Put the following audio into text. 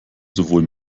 sowohl